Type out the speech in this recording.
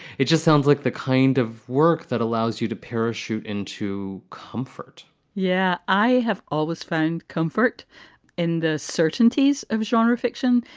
it just sounds like the kind of work that allows you to parachute into comfort yeah, i have always found comfort comfort in the certainties of genre fiction.